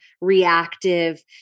reactive